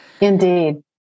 Indeed